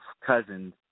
cousins